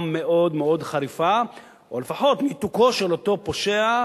מאוד מאוד חריפה או לפחות ניתוקו של אותו אדם פושע,